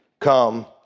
come